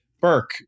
Burke